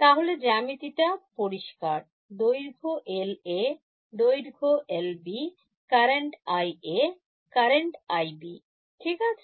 তাহলে জ্যামিতি টা পরিষ্কার দৈর্ঘ্য LA দৈর্ঘ্য LB current IA current IB ঠিক আছে